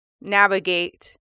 navigate